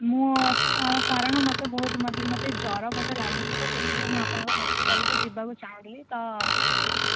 ମୁଁ କାରଣ ମୋତେ ବହୁତ ମୋତେ ଜ୍ୱର ମୋତେ ଲାଗୁଛି ତ ସେଥିପାଇଁ ମୁଁ ଆପଣଙ୍କ ହସ୍ପିଟାଲ୍କୁ ଯିବାକୁ ଚାହୁଁଥିଲି ତ ସେଥିପାଇଁ